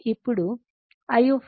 ఇప్పుడుi 100 sin 40 t